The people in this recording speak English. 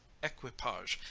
equipage,